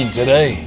today